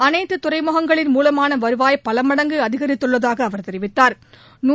அனைத்து துறைமுகங்களின் மூலமான வருவாய் பல மடங்கு அதிகரித்துள்ளதாக அவா தெரிவித்தாா்